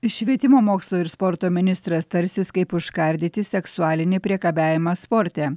iš švietimo mokslo ir sporto ministras tarsis kaip užkardyti seksualinį priekabiavimą sporte